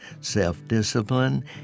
Self-discipline